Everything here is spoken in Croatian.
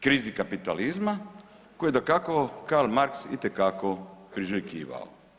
Krizi kapitalizma koju je dakako Karl Marx itekako priželjkivao.